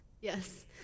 Yes